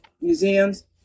Museums